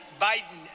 Biden